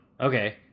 okay